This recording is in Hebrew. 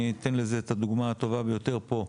אני אתן לזה את הדוגמה הטובה ביותר פה.